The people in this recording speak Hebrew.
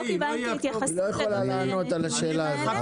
לא קיבלנו התייחסות לשאלה הזאת.